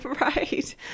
Right